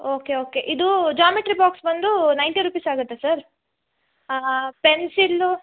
okay okay ಇದು geometry box ಬಂದು ninety rupees ಆಗುತ್ತೆ ಸರ್ ಪೆನ್ಸಿಲ್ಲು